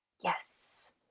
Yes